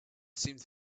seemed